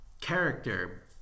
character